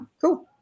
cool